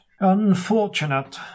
Unfortunate